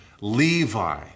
Levi